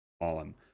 on